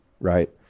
right